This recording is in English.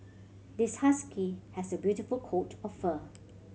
this husky has a beautiful coat of fur